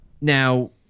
Now